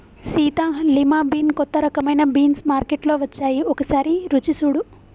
Sita lima bean కొత్త రకమైన beans మార్కేట్లో వచ్చాయి ఒకసారి రుచి సుడు